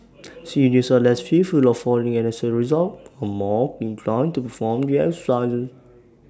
seniors are less fearful of falling and as A result are more inclined to perform their exercises